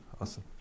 Awesome